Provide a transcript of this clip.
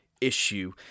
issue